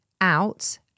out